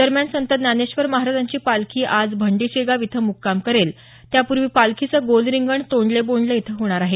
दरम्यान संत ज्ञानेश्वर महाराजांची पालखी आज भंडीशेगाव इथं मुक्काम करेल त्यापूर्वी पालखीचं गोल रिंगण तोंडले बोंडले इथं होणार आहे